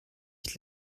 sich